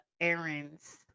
errands